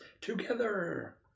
together